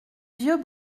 vieux